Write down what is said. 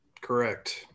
Correct